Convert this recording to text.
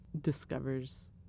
discovers